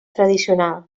tradicional